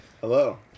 Hello